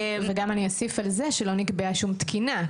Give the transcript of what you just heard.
וגם אני אוסיף על זה שלא נקבעה שום תקינה.